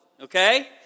okay